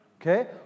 Okay